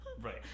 Right